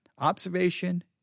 observation